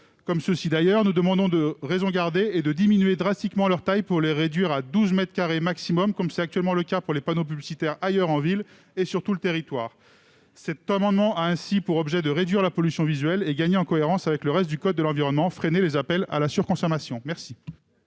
de ces dispositifs, nous appelons à raison garder et à diminuer de manière draconienne leur taille pour les réduire à douze mètres carrés au maximum, comme c'est actuellement le cas pour les panneaux publicitaires ailleurs en ville et sur tout le territoire. Cet amendement a ainsi pour objet de réduire la pollution visuelle, de nous mettre davantage en cohérence avec le reste du code de l'environnement et de freiner les appels à la surconsommation. Quel